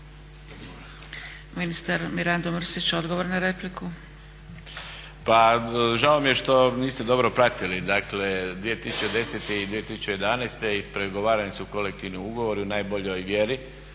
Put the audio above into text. Ministar Mirando Mrsić, odgovor na repliku. **Mrsić, Mirando (SDP)** Pa žao mi je što niste dobro pratili, dakle 2010. i 2011. ispregovarani su kolektivni ugovori u najboljoj vjeri.